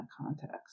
context